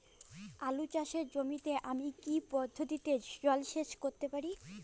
আলু চাষে জমিতে আমি কী পদ্ধতিতে জলসেচ করতে পারি?